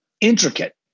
intricate